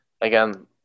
again